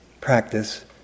practice